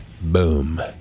Boom